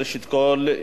ראשית כול,